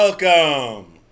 Welcome